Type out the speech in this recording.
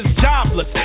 jobless